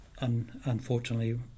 unfortunately